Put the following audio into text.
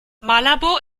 malabo